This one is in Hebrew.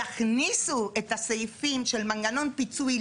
יכניסו את הסעיפים של מנגנון פיצוי,